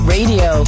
Radio